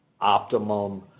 optimum